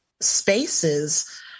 spaces